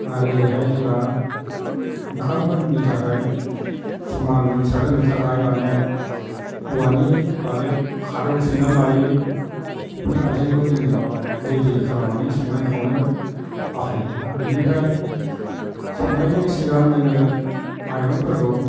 आरो ओरैहाय जोंहा ओंखामफोरनि थाखाय समान मोनसारहोनो थाखाय माने औवानि बालेब खादौ सैनानै लायो बेफोर आइजेंखौ जोङो रिदि खालामनानै संनाय खावनायाव बाहायो दा बिनिफ्राय संनायनि सिगां जोङो माइरंफोरखौ